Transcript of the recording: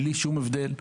בלי שום הבדל.